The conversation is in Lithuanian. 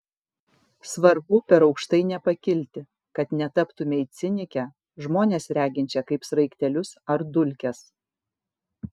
svarbu per aukštai nepakilti kad netaptumei cinike žmones reginčia kaip sraigtelius ar dulkes